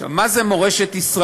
עכשיו, מה זה "מורשת ישראל"?